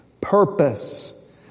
purpose